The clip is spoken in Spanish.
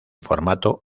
formato